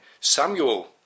Samuel